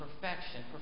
perfection